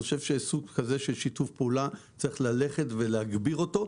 אני חושב שסוג כזה של שיתוף פעולה צריך להגביר אותו,